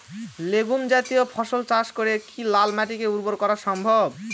Legume জাতীয় ফসল চাষ করে কি লাল মাটিকে উর্বর করা সম্ভব?